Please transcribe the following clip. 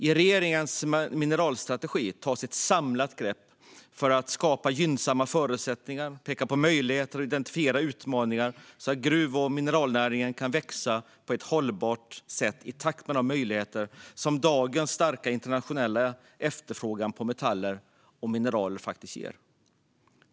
I regeringens mineralstrategi tas ett samlat grepp för att skapa gynnsamma förutsättningar, peka på möjligheter och identifiera utmaningar så att gruv och mineralnäringen kan växa på ett hållbart sätt i takt med de möjligheter som dagens starka internationella efterfrågan på metaller och mineral faktiskt ger.